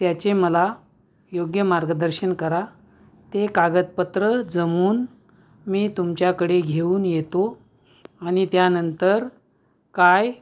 त्याचे मला योग्य मार्गदर्शन करा ते कागदपत्रं जमवून मी तुमच्याकडे घेऊन येतो आणि त्यानंतर काय